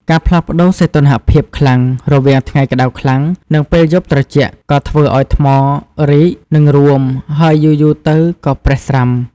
ការផ្លាស់ប្ដូរសីតុណ្ហភាពខ្លាំង រវាងថ្ងៃក្ដៅខ្លាំង និងពេលយប់ត្រជាក់ ក៏ធ្វើឱ្យថ្មរីក និងរួម ហើយយូរៗទៅក៏ប្រេះស្រាំ។